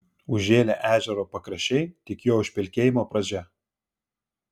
užžėlę ežero pakraščiai tik jo užpelkėjimo pradžia